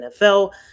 NFL